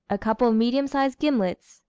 a couple of medium-sized gimlets,